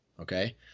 okay